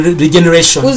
regeneration